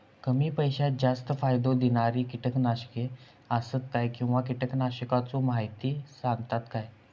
कमी पैशात जास्त फायदो दिणारी किटकनाशके आसत काय किंवा कीटकनाशकाचो माहिती सांगतात काय?